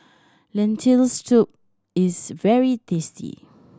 Lentil Soup is very tasty